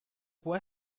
può